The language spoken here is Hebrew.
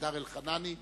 סמדר אלחנני.